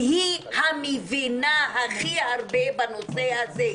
והיא המבינה הכי הרבה בנושא הזה.